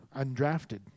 undrafted